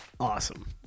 Awesome